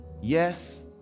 Yes